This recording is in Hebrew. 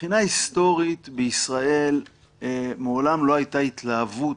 מבחינה היסטורית בישראל מעולם לא הייתה התלהבות